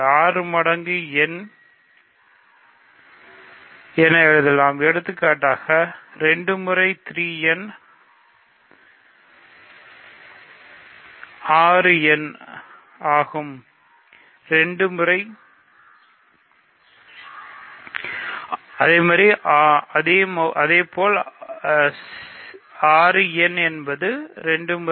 6 மடங்கு n என எழுதலாம் எடுத்துக்காட்டாக 2 முறை 3 n வலது 6 n என்பது 2 மடங்கு 3 n